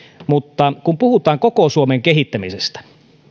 mutta kun puhutaan koko suomen kehittämisestä